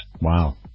Wow